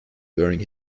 during